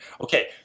Okay